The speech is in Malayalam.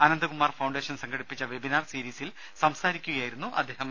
അനന്ത്കുമാർ ഫൌണ്ടേഷൻ സംഘടിപ്പിച്ച വെബിനാർ സീരീസിൽ സംസാരിക്കുകയായിരുന്നു മന്ത്രി